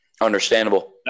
Understandable